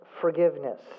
forgiveness